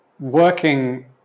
working